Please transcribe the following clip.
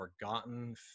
forgotten